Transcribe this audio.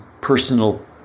personal